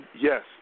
Yes